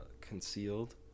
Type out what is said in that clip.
concealed